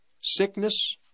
sickness